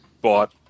bought